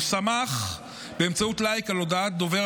הוא שמח באמצעות לייק על הודעת דובר